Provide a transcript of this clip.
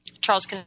Charles